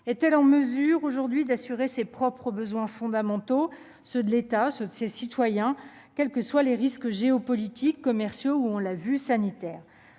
est-elle en mesure, aujourd'hui, d'assurer ses propres besoins fondamentaux, ceux de l'État et ceux de ses citoyens, quels que soient les risques géopolitiques, commerciaux ou, on l'a vu, sanitaires ?